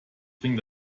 bringe